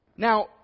Now